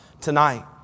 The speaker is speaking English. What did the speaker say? tonight